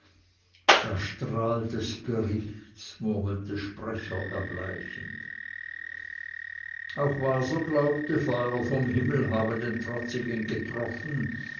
der strahl des gerichts murmelte sprecher erbleichend auch waser glaubte feuer vom himmel habe den trotzigen getroffen